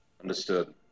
Understood